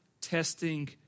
testing